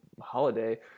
holiday